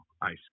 Ice